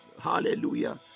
Hallelujah